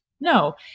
No